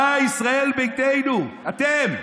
באה ישראל ביתנו, אתם.